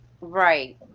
Right